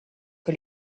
que